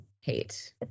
hate